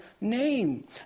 name